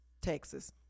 Texas